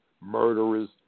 murderers